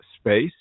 space